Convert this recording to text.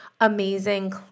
amazing